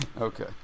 Okay